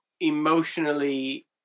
emotionally